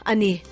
Ani